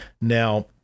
now